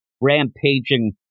rampaging